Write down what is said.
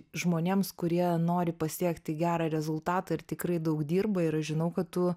žmonėms kurie nori pasiekti gerą rezultatą ir tikrai daug dirba ir aš žinau kad tu